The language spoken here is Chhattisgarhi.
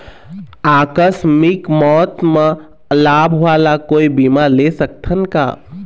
आकस मिक मौत म लाभ वाला कोई बीमा ले सकथन का?